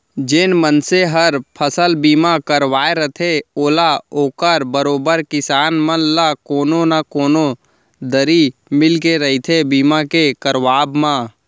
जेन मनसे हर फसल बीमा करवाय रथे ओला ओकर बरोबर किसान मन ल कोनो न कोनो दरी मिलके रहिथे बीमा के करवाब म